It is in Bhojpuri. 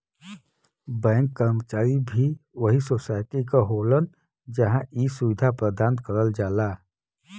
बैंक क कर्मचारी भी वही सोसाइटी क होलन जहां इ सुविधा प्रदान करल जाला